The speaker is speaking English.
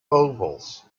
ovals